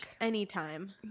Anytime